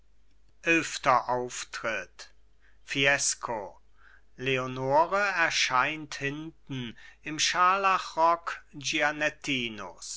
eilfter auftritt fiesco leonore erscheint hinten im scharlachrock